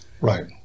Right